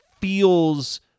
feels